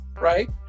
right